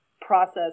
process